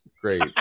Great